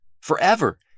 forever